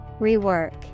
Rework